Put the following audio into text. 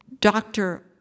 doctor